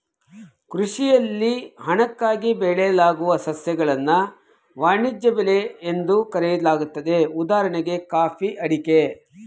ಕೃಷಿಯಲ್ಲಿ ಹಣಕ್ಕಾಗಿ ಬೆಳೆಯಲಾಗುವ ಸಸ್ಯಗಳನ್ನು ವಾಣಿಜ್ಯ ಬೆಳೆ ಎಂದು ಕರೆಯಲಾಗ್ತದೆ ಉದಾಹಣೆ ಕಾಫಿ ಅಡಿಕೆ